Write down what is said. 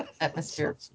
atmosphere